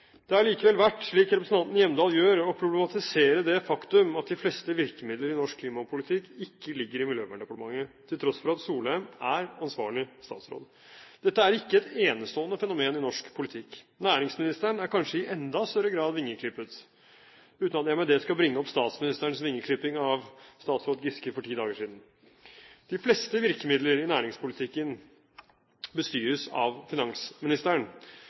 Det er likevel verdt, slik representanten Hjemdal gjør, å problematisere det faktum at de fleste virkemidler i norsk klimapolitikk ikke ligger i Miljøverndepartementet, til tross for at Solheim er ansvarlig statsråd. Dette er ikke et enestående fenomen i norsk politikk. Næringsministeren er kanskje i enda større grad vingeklippet, uten at jeg med det skal bringe opp statsministerens vingeklipping av statsråd Giske for ti dager siden. De fleste virkemidler i næringspolitikken bestyres av finansministeren,